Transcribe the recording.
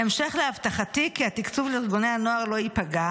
בהמשך להבטחתי כי התקצוב לארגוני הנוער לא ייפגע